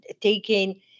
taking